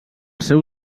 seu